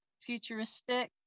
futuristic